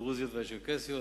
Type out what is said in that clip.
הדרוזיות והצ'רקסיות,